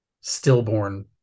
stillborn